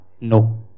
no